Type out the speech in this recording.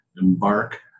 embark